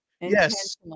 Yes